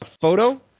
photo